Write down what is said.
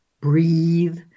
breathe